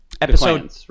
Episode